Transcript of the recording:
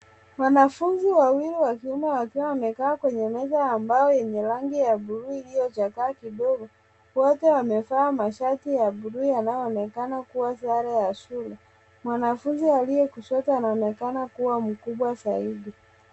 Wanafunzi wawili wa kiume wakiwa wamekaa kwenye meza ya mbao yenye rangi ya bluu iliyochakaa kidogo. Wote wamevaa mashati ya bluu inayoonekana kuwa sare ya shule. Mwanafunzi aliye kushoto anaonekana kuwa mkubwa zaidi.